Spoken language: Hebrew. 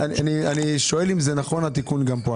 אני שואל אם זה נכון התיקון גם פה,